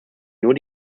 nur